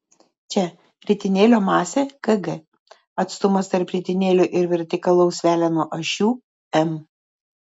čia ritinėlio masė kg atstumas tarp ritinėlio ir vertikalaus veleno ašių m